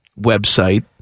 website